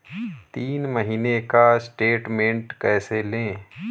तीन महीने का स्टेटमेंट कैसे लें?